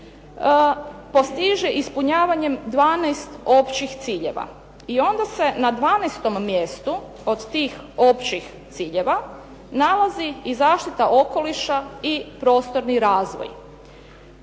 postiže ispunjavanjem 12 općih ciljeva. I onda se na dvanaestom mjestu od tih općih ciljeva nalazi i zaštita okoliša i prostorni razvoj.